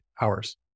hours